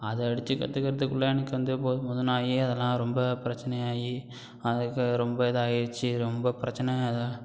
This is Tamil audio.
அதை அடிச்சு கற்றுக்கறதுக்குள்ள எனக்கு வந்து போதும் போதும்னு ஆகி அதெல்லாம் ரொம்ப பிரச்சினையா ஆகி அதுக்கு ரொம்ப இதாயிடுச்சு ரொம்ப பிரச்சனை அது